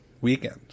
weekend